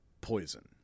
poison